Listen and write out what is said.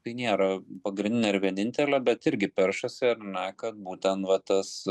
tai nėra pagrindinė ir vienintelė bet irgi peršasi ar ne kad būten va tas